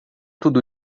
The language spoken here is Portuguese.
tudo